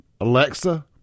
Alexa